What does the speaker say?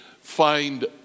find